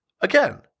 again